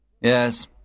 Yes